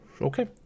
Okay